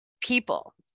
People